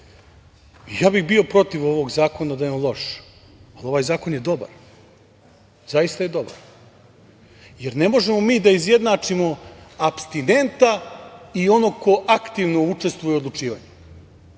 bih protiv ovog zakona da je on loš, ali ovaj zakon je dobar, zaista je dobar, jer ne možemo mi da izjednačimo apstinenta i onog ko aktivno učestvuje u odlučivanju.